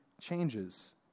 changes